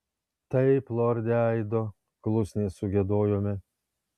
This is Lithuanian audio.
taip lorde aido klusniai sugiedojome